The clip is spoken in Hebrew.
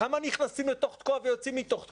כמה נכנסים לתוך תקוע ויוצאים מתוך תקוע?